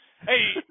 hey